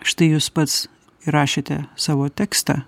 štai jūs pats įrašėte savo tekstą